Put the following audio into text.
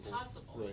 possible